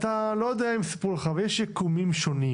אני לא יודע אם סיפרו לך אבל יש יקומים שונים.